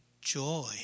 joy